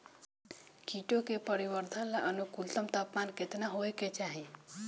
कीटो के परिवरर्धन ला अनुकूलतम तापमान केतना होए के चाही?